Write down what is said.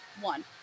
One